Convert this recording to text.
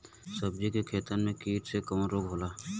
सब्जी के खेतन में कीट से कवन रोग होला?